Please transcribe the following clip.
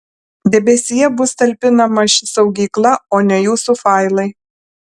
debesyje bus talpinama ši saugykla o ne jūsų failai